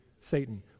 Satan